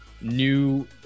new